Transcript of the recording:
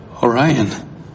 Orion